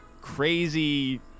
crazy